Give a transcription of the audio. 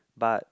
but